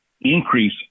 increase